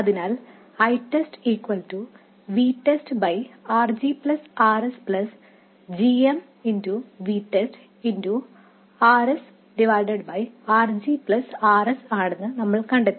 അതിനാൽ ITESTVTESTRG Rs gmVTEST Rs RG Rs ആണെന്ന് നമ്മൾ കണ്ടെത്തി